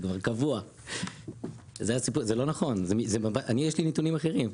זה לא נכון, יש לי נתונים אחרים.